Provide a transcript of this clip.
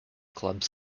clubs